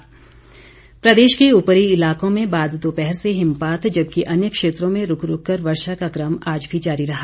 मौसम प्रदेश के ऊपरी इलाकों में बाद दोपहर से हिमपात जबकि अन्य क्षेत्रों में रूक रूक कर वर्षा का कम आज भी जारी रहा